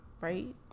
right